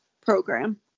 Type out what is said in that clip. program